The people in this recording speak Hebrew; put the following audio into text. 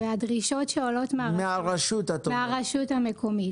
והדרישות שעולות מהרשות המקומית.